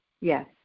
Yes